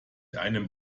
einem